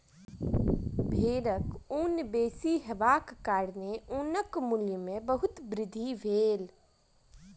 भेड़क ऊन बेसी हेबाक कारणेँ ऊनक मूल्य में बहुत वृद्धि भेल